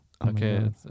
Okay